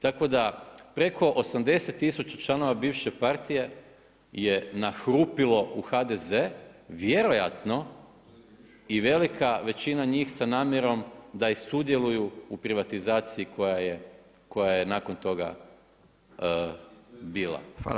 Tako da preko 80 tisuća članova bivše partije je nahrupilo u HDZ, vjerojatno i velika većina njih sa namjerom da i sudjeluju u privatizaciji koja je nakon toga bila.